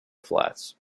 flats